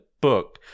book